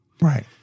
Right